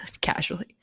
casually